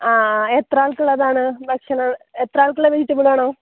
ആ എത്ര ആൾക്കുള്ളതാണ് ഭക്ഷണം എത്ര ആൾക്കുള്ള വെജിറ്റബിൾ വേണം